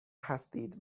هستید